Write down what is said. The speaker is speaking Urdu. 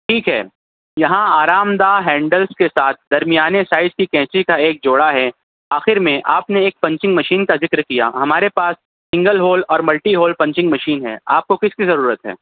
ٹھیک ہے یہاں آرام دہ ہینڈلس کے ساتھ درمیانی سائز کی قینچی کا ایک جوڑا ہے آخر میں آپ نے ایک پنچنگ مشین کا ذکر کیا ہمارے پاس سنگل ہول اور ملٹی ہول پنچنگ مشین ہے آپ کو کس کی ضرورت ہے